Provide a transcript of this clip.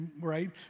right